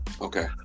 okay